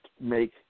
make